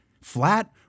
Flat